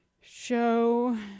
show